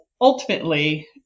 ultimately